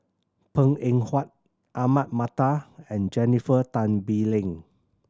Png Eng Huat Ahmad Mattar and Jennifer Tan Bee Leng